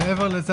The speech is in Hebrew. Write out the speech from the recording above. מעבר לזה,